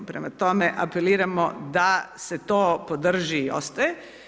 Prema tome, apeliramo da se to podrži i ostaje.